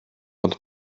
ond